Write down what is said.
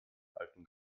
alten